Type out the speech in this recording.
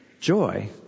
Joy